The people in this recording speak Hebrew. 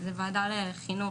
זאת ועדת חינוך,